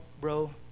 bro